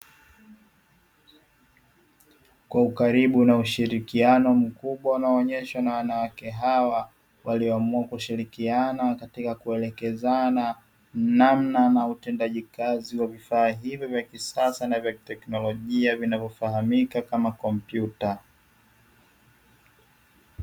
Kwa ukaribu na ushirikiano mkubwa unaoonyeshwa na wanawake hawa walioamua kushirikiana na kuelekezana namna na utendaji kazi wa vifaa hivyo vya kisasa na vya kiteknolojia vinavyofahamika kama kompyuta.